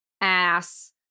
ass